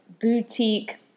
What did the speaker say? boutique